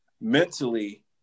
mentally